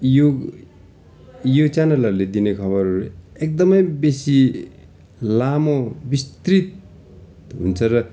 यो यो च्यानलहरूले दिने खबरहरू एकदमै बेसी लामो विस्तृत हुन्छ र